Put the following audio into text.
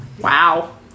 Wow